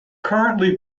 currently